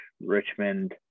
Richmond